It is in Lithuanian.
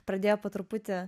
pradėjo po truputį